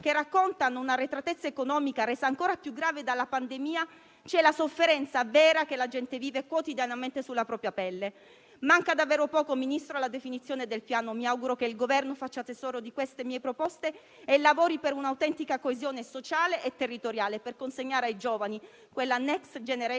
che raccontano un'arretratezza economica, resa ancora più grave dalla pandemia, c'è la sofferenza vera che la gente vive quotidianamente sulla propria pelle. Manca davvero poco, Ministro, alla definizione del Piano; mi auguro che il Governo faccia tesoro di queste mie proposte e lavori per un'autentica coesione sociale e territoriale per consegnare ai giovani, quella *next generation*,